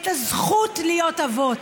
את הזכות להיות אבות,